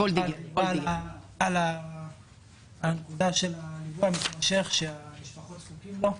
וולדיגר דיברה על הסיוע המתמשך שהמשפחות זקוקות לו.